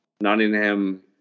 Nottingham